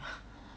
uh ya